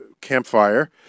campfire